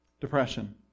Depression